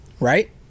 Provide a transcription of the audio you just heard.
Right